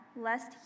lest